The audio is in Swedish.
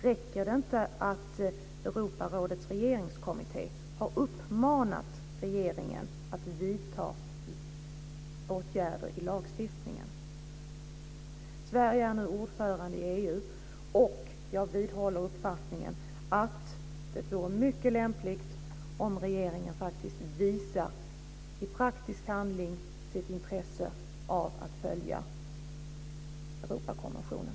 Räcker det inte att Europarådets regeringskommitté har uppmanat regeringen att vidta åtgärder i lagstiftningen? Sverige är nu ordförande i EU. Jag vidhåller uppfattningen att det vore mycket lämpligt att regeringen i praktisk handling visar sitt intresse av att följa Europakonventionen.